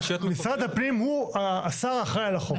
משרד הפנים הוא השר האחראי על החוק.